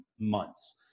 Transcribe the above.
months